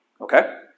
Okay